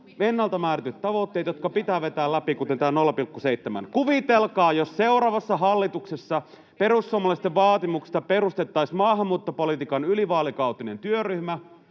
ennalta määritetyt tavoitteet, jotka piti vetää läpi, kuten tämä 0,7. Kuvitelkaa, jos seuraavassa hallituksessa perussuomalaisten vaatimuksesta perustettaisiin maahanmuuttopolitiikan ylivaalikautinen työryhmä,